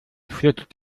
flutscht